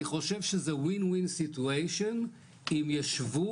אני חושב שזה win-win situation אם ישבו